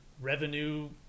revenue